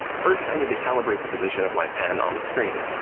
first, i need to calibrate the position of my pen on the screen.